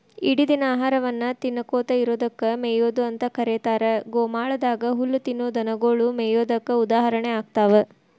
ಇಡಿದಿನ ಆಹಾರವನ್ನ ತಿನ್ನಕೋತ ಇರೋದಕ್ಕ ಮೇಯೊದು ಅಂತ ಕರೇತಾರ, ಗೋಮಾಳದಾಗ ಹುಲ್ಲ ತಿನ್ನೋ ದನಗೊಳು ಮೇಯೋದಕ್ಕ ಉದಾಹರಣೆ ಆಗ್ತಾವ